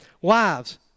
Wives